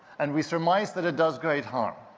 and we surmise that it does great harm